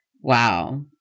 Wow